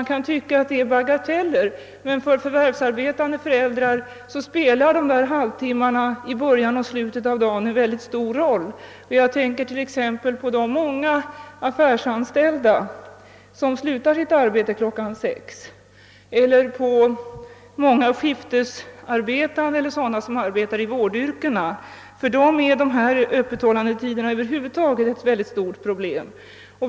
Det kan tyckas att detta är bagateller, men för förvärvsarbetande föräldrar spelar halvtimmarna i början och slutet av dagen en mycket stor roll. Jag tänker t.ex. på de många affärsanställda som slutar sitt arbete kl. 18.00, på de skiftarbetande och på sådana som arbetar i vårdyrken. För dem är öppethållandetiderna över huvud taget ett stort problem.